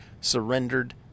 surrendered